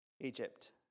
Egypt